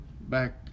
back